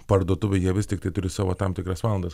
parduotuvė jie vis tiktai turi savo tam tikras valandas